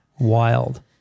Wild